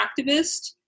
activist